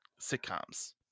sitcoms